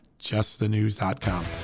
justthenews.com